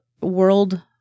world